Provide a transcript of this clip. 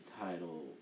title